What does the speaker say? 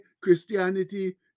Christianity